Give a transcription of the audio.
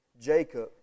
Jacob